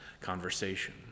conversation